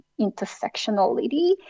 intersectionality